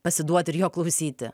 pasiduot ir jo klausyti